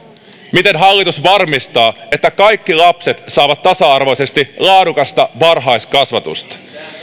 miten hallitus varmistaa että kaikki lapset saavat tasa arvoisesti laadukasta varhaiskasvatusta